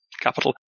Capital